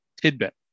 tidbit